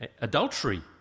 Adultery